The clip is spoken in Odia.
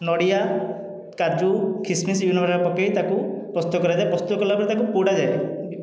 ନଡ଼ିଆ କାଜୁ କିସମିସ୍ ବିଭିନ୍ନ ପ୍ରକାର ପକେଇ ତାକୁ ପ୍ରସ୍ତୁତ କରାଯାଏ ପ୍ରସ୍ତୁତ କଲାପରେ ତାକୁ ପୋଡ଼ାଯାଏ